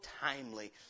timely